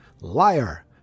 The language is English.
Liar